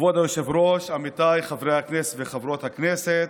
כבוד היושב-ראש, עמיתיי חברי הכנסת וחברות הכנסת,